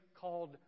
called